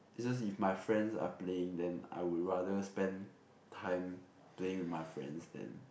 it's just if my friends are playing then I would rather spend time playing with my friends than